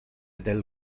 del